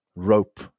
Rope